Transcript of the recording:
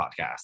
podcast